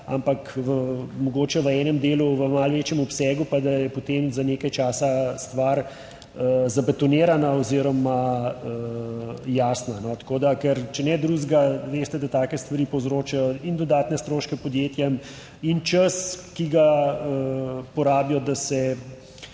ampak mogoče v enem delu v malo večjem obsegu, pa da je potem za nekaj časa stvar zabetonirana oziroma jasna. Tako da, ker, če ne drugega, veste, da take stvari povzročajo in dodatne stroške podjetjem in čas, ki ga porabijo, da se